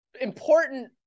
important